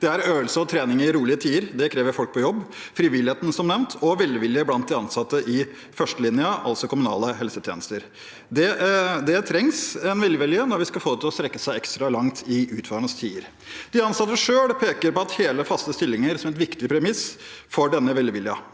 det er øvelse og trening i rolige tider. Det krever folk på jobb, frivilligheten, som nevnt, og velvilje blant de ansatte i førstelinjen, altså kommunale helsetjenester. Det trengs en velvilje når vi skal få dem til å strekke seg ekstra langt i utfordrende tider. De ansatte selv peker på hele, faste stillinger som et viktig premiss for denne velviljen,